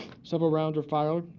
several rounds were fired.